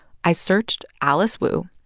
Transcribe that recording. i searched alice wu,